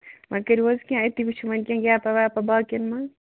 وۅنۍ کٔرِو حظ کیٚنٛہہ اَتہِ تہِ وُچھِو وۅنۍ کیٚنٛہہ گیپا ویپا باقین منٛز